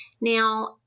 Now